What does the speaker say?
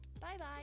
Bye-bye